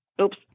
Oops